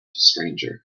stranger